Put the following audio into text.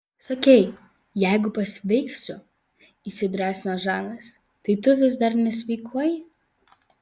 sakei jeigu pasveiksiu įsidrąsino žanas tai tu vis dar nesveikuoji